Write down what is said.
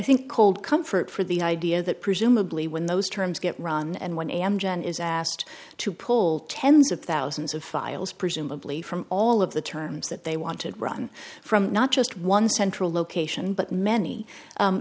think cold comfort for the idea that presumably when those terms get run and when am gen is asked to pull tens of thousands of files presumably from all of the terms that they wanted run from not just one central location but many